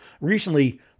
recently